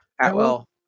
Atwell